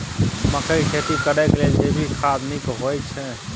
मकई के खेती करेक लेल जैविक खाद नीक होयछै?